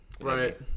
right